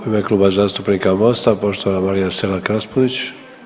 U ime Kluba zastupnika MOST-a poštovana Marija Selak Raspudić.